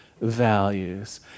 values